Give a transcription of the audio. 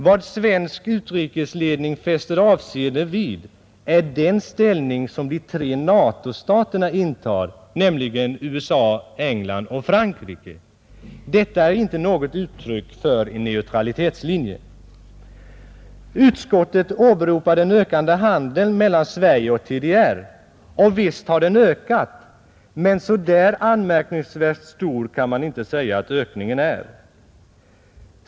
Vad svensk utrikesledning fäster avseende vid är den ställning som de tre NATO-staterna intar, nämligen USA, England och Frankrike. Detta är inte något uttryck för en neutralitetslinje. Utskottet åberopar den ökade handeln mellan Sverige och TDR. Visst har den ökat, men så där anmärkningsvärt stor kan man inte säga att Nr 79 ökningen är.